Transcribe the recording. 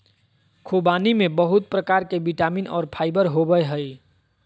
ख़ुबानी में बहुत प्रकार के विटामिन और फाइबर होबय हइ